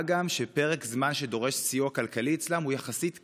מה גם שפרק הזמן שדורש סיוע כלכלי אצלם הוא יחסית קצר,